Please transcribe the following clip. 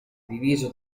diviso